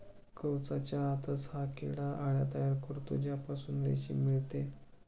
कवचाच्या आतच हा किडा अळ्या तयार करतो ज्यापासून रेशीम मिळते